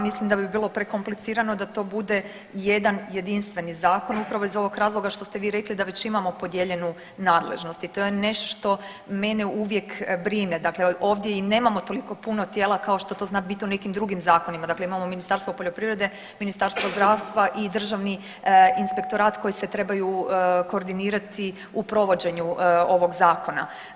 Mislim da bi bilo prekomplicirano da to bude jedan jedinstveni zakon upravo iz ovog razloga što ste vi rekli da već imamo podijeljenu nadležnost i to je nešto što mene uvijek brine, dakle ovdje i nemamo toliko puno tijela kao što to zna biti u nekim drugim zakonima, dakle imamo Ministarstvo poljoprivrede, Ministarstvo zdravstva i državni inspektorat koji se trebaju koordinirati u provođenju ovog zakona.